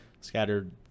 scattered